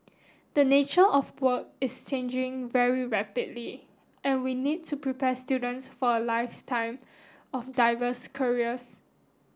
the nature of work is changing very rapidly and we need to prepare students for a lifetime of diverse careers